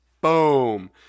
Boom